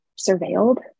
surveilled